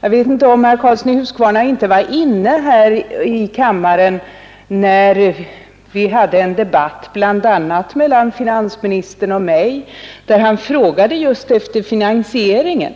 Jag vet inte om herr Karlsson inte var inne i kammaren när bl.a. finansministern och jag debatterade finansieringen.